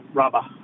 rubber